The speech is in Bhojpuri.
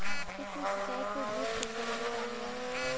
सूक्ष्म सिचाई के ड्रिप सिचाई भी कहल जाला